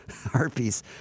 harpies